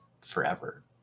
forever